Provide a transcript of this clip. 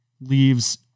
Leaves